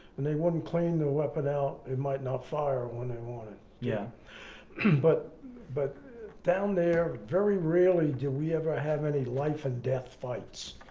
and they wouldn't clean their weapon out, it might not fire when they want it. yeah but but down there, very rarely do we ever have any life and death fights,